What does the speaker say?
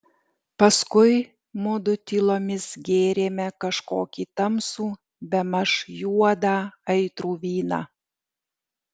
paskui mudu tylomis gėrėme kažkokį tamsų bemaž juodą aitrų vyną